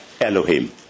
Elohim